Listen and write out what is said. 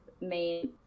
main